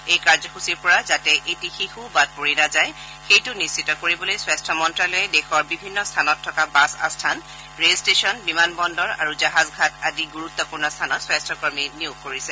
এই কাৰ্যসচীৰপৰা যাতে এটি শিশু বাদ পৰি নাযায় সেইটো নিশ্চিত কৰিবলৈ স্বাস্থ্য মন্ত্যালয়ে দেশৰ বিভিন্ন স্থানত থকা বাছ আস্থান ৰেল ট্টেচন বিমান বন্দৰ আৰু জাহাজ ঘাট আদি গুৰুত্বপূৰ্ণ স্থানত স্বাস্থকৰ্মী নিয়োগ কৰিছে